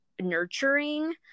nurturing